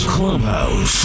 Clubhouse